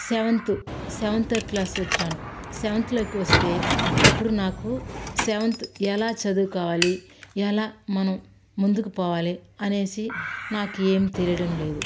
seventh seventh class వచ్చాను సెవెంత్లోకి వస్తే అప్పుడు నాకు సెవెంత్ ఎలా చదువుకోవాలి ఎలా మనం ముందుకు పోవాలి అని నాకు ఏం తెలియడం లేదు